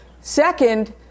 Second